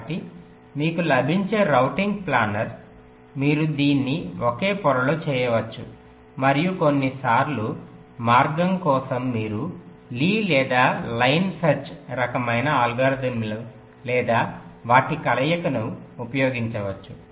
కాబట్టి మీకు లభించే రౌటింగ్ ప్లానర్ మీరు దీన్ని ఒకే పొరలో చేయవచ్చు మరియు కొన్నిసార్లు మార్గం కోసం మీరు లీ లేదా line search Lee's or line searchరకమైన అల్గోరిథంలు లేదా వాటి కలయికను ఉపయోగించవచ్చు